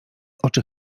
oczy